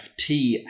FT